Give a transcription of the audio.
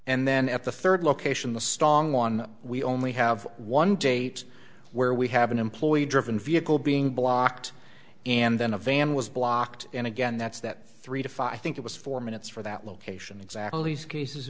and then at the third location the strong one we only have one date where we have an employee driven vehicle being blocked and then a van was blocked and again that's that three to five think it was four minutes for that location exactly these cases